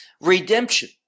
redemption